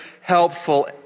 helpful